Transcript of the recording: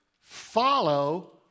follow